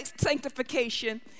sanctification